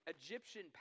Egyptian